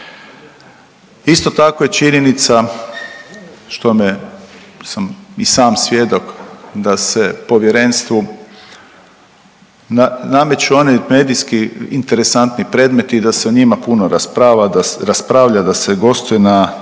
Isto tako je činjenica što me, sam i sam svjedok da se povjerenstvu nameću oni medijski interesantni predmeti i da se o njima puno raspravlja, da se gostuje na